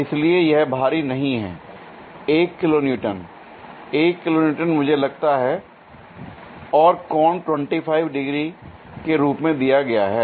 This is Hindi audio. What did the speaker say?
इसलिए यह भारी नहीं है 1 किलो न्यूटन 1 किलो न्यूटन मुझे लगता है और कोण 25 डिग्री के रूप में दिया गया है